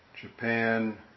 Japan